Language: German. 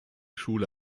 schule